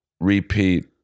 repeat